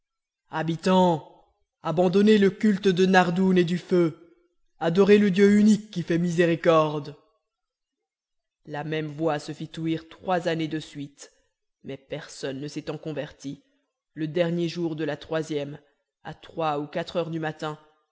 habitants abandonnez le culte de nardoun et du feu adorez le dieu unique qui fait miséricorde la même voix se fit ouïr trois années de suite mais personne ne s'étant converti le dernier jour de la troisième à trois ou quatre heures du matin